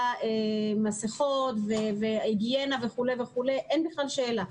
על מסכות והיגיינה וכו' וכו', אין בכלל שאלה.